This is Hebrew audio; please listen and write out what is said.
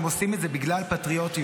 הם עושים את זה בגלל פטריוטיות.